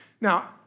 Now